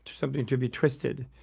something to be twisted.